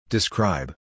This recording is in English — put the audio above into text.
Describe